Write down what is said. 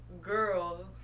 girl